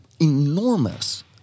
enormous